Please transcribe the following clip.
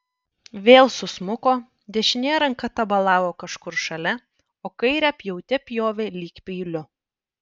vėl susmuko dešinė ranka tabalavo kažkur šalia o kairę pjaute pjovė lyg peiliu